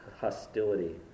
Hostility